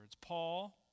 Paul